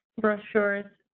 brochures